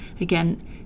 Again